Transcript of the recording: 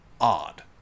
odd